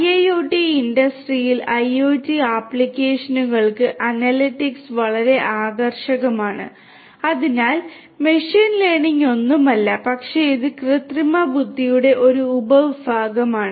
IIoT industrial IoT ആപ്ലിക്കേഷനുകൾക്ക് analytics വളരെ ആകർഷകമാണ് അതിനാൽ മെഷീൻ ലേണിംഗ് ഒന്നുമല്ല പക്ഷേ ഇത് കൃത്രിമ ബുദ്ധിയുടെ ഒരു ഉപവിഭാഗമാണ്